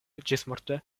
ĝismorte